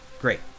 great